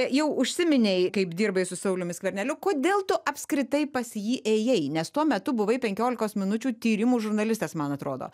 jau užsiminei kaip dirbai su sauliumi skverneliu kodėl tu apskritai pas jį ėjai nes tuo metu buvai penkiolikos minučių tyrimų žurnalistas man atrodo